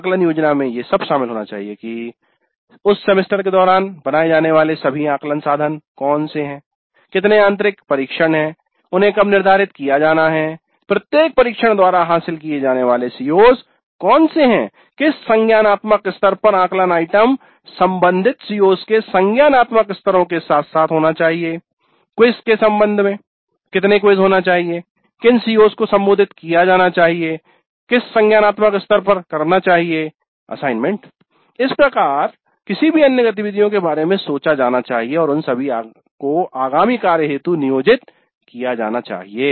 आकलन योजना में ये सब शामिल होना चाहिए कि उस सेमेस्टर के दौरान बनाए जाने वाले सभी आकलन साधन कौन से हैं कितने आंतरिक परीक्षण है उन्हें कब निर्धारित किया जाना है प्रत्येक परीक्षण द्वारा हासिल किए जाने वाले CO's कौन से हैं किस संज्ञानात्मक स्तर पर आकलन आइटम संबंधित CO's के संज्ञानात्मक स्तरों के साथ साथ होना चाहिए क्विज़ के सम्बन्ध में कितने क्विज़ होना चाहिए किन CO's को संबोधित किया जाना चाहिए किस संज्ञानात्मक स्तर पर करना चाहिए असाइनमेंट इसी प्रकार किसी भी अन्य गतिविधियों के बारे में सोचा जाना चाहिए और उन सभी को आगामी कार्य हेतु नियोजित किया जाना चाहिए